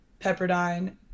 Pepperdine